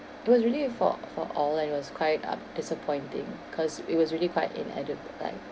it was really for for all and it was quite um disappointing because it was really quite inedi~ like